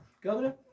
governor